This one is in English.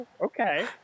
okay